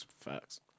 Facts